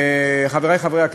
חברי חברי הכנסת,